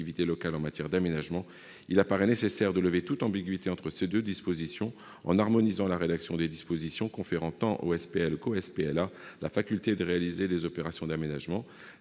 locales en matière d'aménagement, il apparaît nécessaire de lever toute ambiguïté entre ces deux dispositions, en harmonisant la rédaction des dispositions conférant tant aux SPL qu'aux SPLA la faculté de réaliser des opérations d'aménagement.